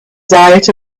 diet